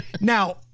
Now